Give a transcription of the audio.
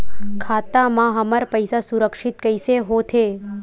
खाता मा हमर पईसा सुरक्षित कइसे हो थे?